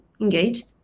engaged